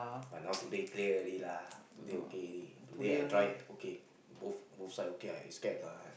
but now today clear already lah today okay already today I drive okay both both side okay already I scared lah